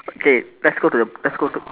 okay let's go to the let's go to